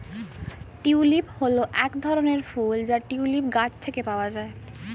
tulip হল এক ধরনের ফুল যা টিউলিপ গাছ থেকে পাওয়া যায়